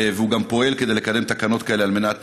והוא גם פועל כדי לקדם תקנות כאלה על מנת,